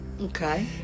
Okay